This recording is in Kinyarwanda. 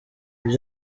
ibi